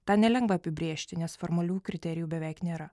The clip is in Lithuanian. tą nelengva apibrėžti nes formalių kriterijų beveik nėra